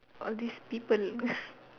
all these people